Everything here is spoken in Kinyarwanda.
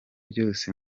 byose